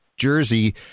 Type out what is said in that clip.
jersey